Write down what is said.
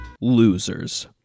losers